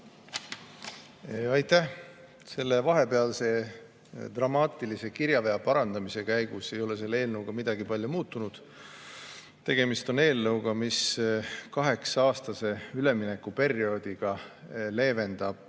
Aitäh! Selle vahepealse dramaatilise kirjavea parandamise käigus selles eelnõus palju midagi ei muutunud. Tegemist on eelnõuga, mis kaheksa‑aastase üleminekuperioodiga leevendab